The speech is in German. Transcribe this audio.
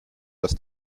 dass